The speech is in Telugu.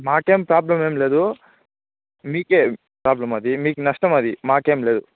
మాకేం ప్రాబ్లెమ్ ఏం లేదు మీకే ప్రాబ్లెమ్ అది మీకు నష్టం అది మాకేం లేదు